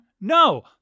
No